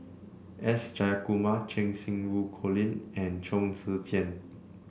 S Jayakumar Cheng Xinru Colin and Chong Tze Chien